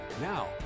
Now